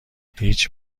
هیچ